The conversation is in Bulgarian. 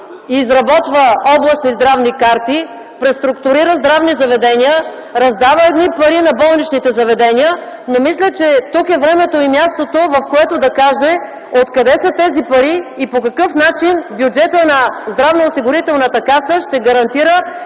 изработва областни здравни карти, преструктурира здравни заведения, раздава едни пари на болничните заведения, но мисля, че тук е времето и мястото, в което да каже откъде са тези пари и по какъв начин бюджетът на Здравноосигурителната каса ще гарантира